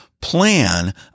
plan